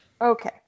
Okay